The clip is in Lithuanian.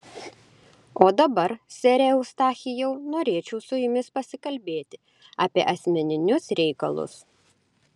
o dabar sere eustachijau norėčiau su jumis pasikalbėti apie asmeninius reikalus